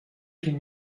can